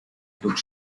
took